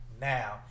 Now